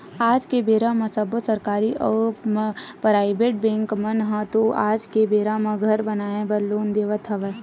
आज के बेरा म सब्बो सरकारी अउ पराइबेट बेंक मन ह तो आज के बेरा म घर बनाए बर लोन देवत हवय